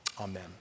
Amen